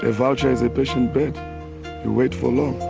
a vulture is a patient bird who waits for long,